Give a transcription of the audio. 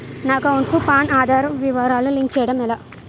నా అకౌంట్ కు పాన్, ఆధార్ వివరాలు లింక్ చేయటం ఎలా?